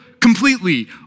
completely